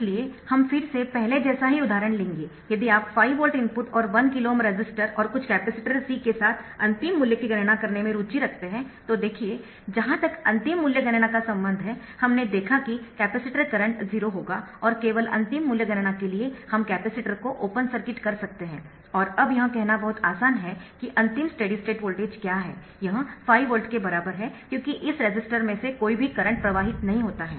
इसलिए हम फिर से पहले जैसा ही उदाहरण लेंगे यदि आप 5 वोल्ट इनपुट और 1KΩ रेसिस्टर और कुछ कैपेसिटर C के साथ अंतिम मूल्य की गणना करने में रुचि रखते है तो देखिए जहां तक अंतिम मूल्य गणना का संबंध है हमने देखा कि कैपेसिटर करंट 0 होगा और केवल अंतिम मूल्य गणना के लिए हम कैपेसिटर को ओपन सर्किट कर सकते है और अब यह कहना बहुत आसान है कि अंतिम स्टेडी स्टेट वोल्टेज क्या है यह 5 वोल्ट के बराबर है क्योंकि इस रेसिस्टर में से भी कोई करंट प्रवाहित नहीं होता है